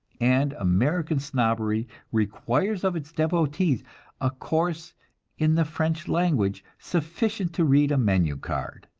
and american snobbery requires of its devotees a course in the french language sufficient to read a menu card.